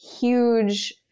huge